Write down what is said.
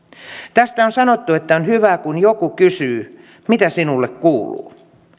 tästä on sanottu että on hyvä kun joku kysyy mitä sinulle kuuluu